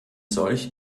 solch